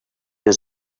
his